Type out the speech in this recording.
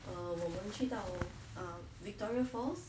err 我们去到 err victoria falls